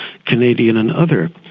canadian and other,